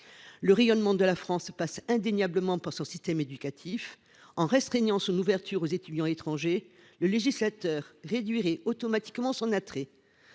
Le rayonnement de la France passe indéniablement par son système éducatif. En restreignant son ouverture aux étudiants étrangers, le législateur réduirait automatiquement son attrait.